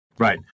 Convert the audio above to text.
Right